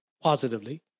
positively